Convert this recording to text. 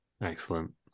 Excellent